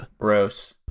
Gross